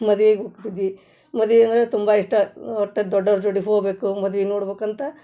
ಮದ್ವಿಗೆ ಹೋಗ್ತಿದ್ದಿ ಮದ್ವೆ ಅಂದರೆ ತುಂಬ ಇಷ್ಟ ಒಟ್ಟು ದೊಡ್ಡವ್ರ ಜೋಡಿ ಹೋಗಬೇಕು ಮದ್ವೆ ನೋಡಬೇಕಂತ